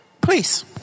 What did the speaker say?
Please